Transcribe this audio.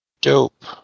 Dope